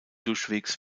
durchwegs